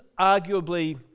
arguably